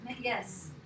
Yes